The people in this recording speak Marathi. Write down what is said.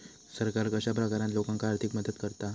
सरकार कश्या प्रकारान लोकांक आर्थिक मदत करता?